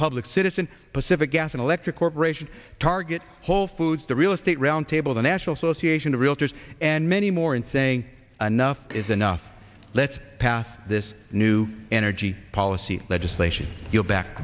public citizen pacific gas and electric corporation target whole foods the real estate roundtable the national association of realtors and many more in saying enough is enough let's pass this new energy policy legislation you'll back